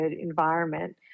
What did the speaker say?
environment